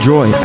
Joy